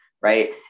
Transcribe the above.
right